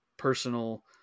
personal